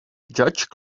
judge